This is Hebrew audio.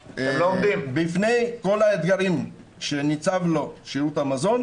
בפני כל האתגרים שניצבים מול שירות המזון.